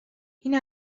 این